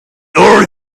are